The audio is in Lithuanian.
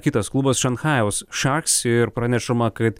kitas klubas šanchajaus šaks ir pranešama kad